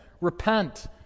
repent